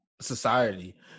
society